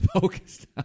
focused